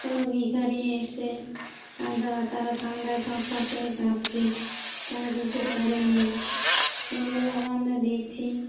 কোনো ভিখারি এসছে তার দ্বারা তারা ঠান্ডায় ঠক ঠক করে কাঁপছে তারা কিছু পরে নেই এগুলো ধরো আমরা দেখছি